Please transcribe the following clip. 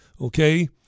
Okay